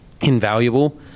invaluable